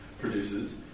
produces